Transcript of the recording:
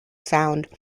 sound